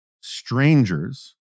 strangers